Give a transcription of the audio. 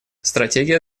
стратегией